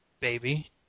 baby